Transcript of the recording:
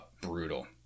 Brutal